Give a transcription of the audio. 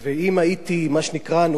נופל פה מהעץ לדיון הזה,